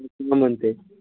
یِمَن تہِ